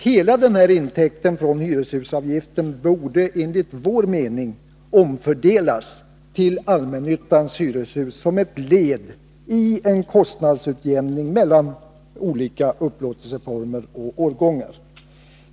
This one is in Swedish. Hela intäkten från hyreshusavgiften borde, enligt vår mening, omfördelas till allmännyttans hyreshus som ett led i en kostnadsutjämning mellan olika upplåtelseformer och årgångar.